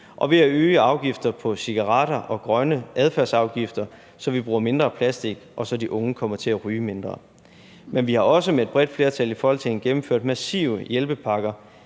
at vi har øget afgifter på cigaretter og grønne adfærdsafgifter, så vi bruger mindre plastik, og så de unge kommer til at ryge mindre. Men vi har også med et bredt flertal i Folketinget gennemført massive hjælpepakker,